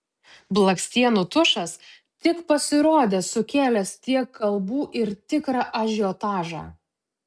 blakstienų tušas tik pasirodęs sukėlęs tiek kalbų ir tikrą ažiotažą